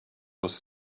was